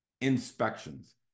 Inspections